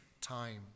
time